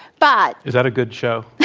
but is that a good show?